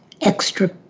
extra